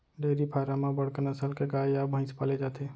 dairy farm म बड़का नसल के गाय या भईंस पाले जाथे